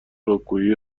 رکگویی